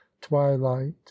twilight